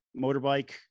motorbike